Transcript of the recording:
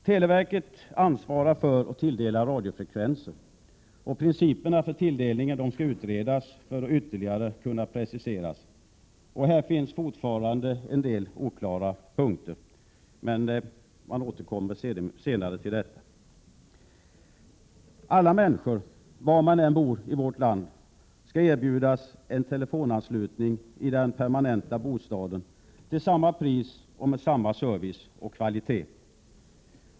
Televerket ansvarar för och tilldelar radiofrekvenser. Principerna för tilldelning skall utredas för att kunna preciseras ytterligare. Här finns fortfarande en del oklara punkter som man senare skall återkomma till. Alla människor — var man än bor i landet — skall erbjudas telefonanslutning i den permanenta bostaden till samma pris och med samma service och kvalitet.